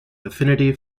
affinity